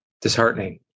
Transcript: disheartening